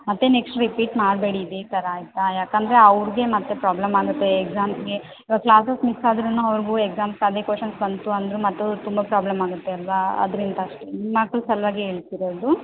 ಮತ್ತೆ next repeat ಮಾಡಬೇಡಿ ಇದೇ ಥರ ಆಯಿತಾ ಏಕಂದ್ರೆ ಅವ್ರಿಗೆ ಮತ್ತೆ ಪ್ರಾಬ್ಲಮ್ ಆಗುತ್ತೆ ಎಕ್ಸಾಮ್ಸ್ಗೆ ಇವಾಗ ಕ್ಲಾಸಸ್ ಮಿಸ್ ಆದ್ರು ಅವ್ರಿಗು ಎಕ್ಸಾಮ್ಸ್ ಅದೇ ಕ್ವೆಷನ್ಸ್ ಬಂತು ಅಂದರು ಮತ್ತೂ ತುಂಬ ಪ್ರಾಬ್ಲಮ್ ಆಗುತ್ತೆ ಅಲ್ಲವಾ ಅದರಿಂದ ಅಷ್ಟೇ ನಿಮ್ಮ ಮಕ್ಕಳು ಸಲುವಾಗೆ ಹೇಳ್ತಿರೋದು